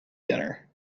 dinner